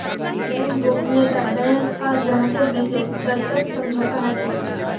bank गोपनीयता bank आर ग्राहकेर बीचत सशर्त समझौता ह छेक